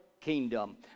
kingdom